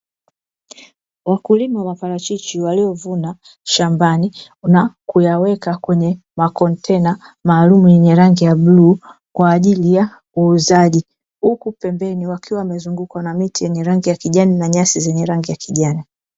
Wakulima wa parachichi waliovuna shambani na kuyaweka kwenye makontena maalumu yenye rangi ya bluu kwa ajili ya uuzaji. Huku pembeni wakiwa wamezungukwa na miti yenye rangi ya kijani na nyasi zenye rangi ya kijani.